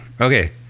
Okay